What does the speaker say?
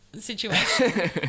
situation